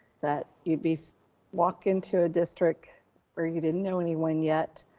that you'd be walk into a district where you didn't know anyone yet,